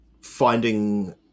finding